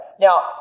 Now